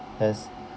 as